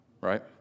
right